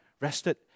rested